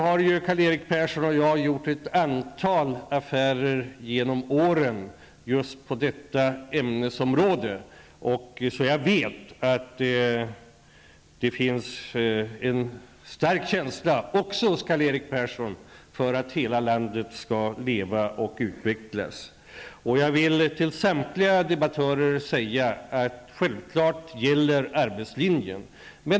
Men Karl-Erik Persson och jag har haft en del med varandra att göra genom åren just på detta ämnesområde, så jag vet att det finns en stark känsla också hos honom för att hela landet skall leva och utvecklas. Till samtliga debattörer vill jag säga att självklart gäller arbetslinjen.